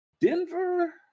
Denver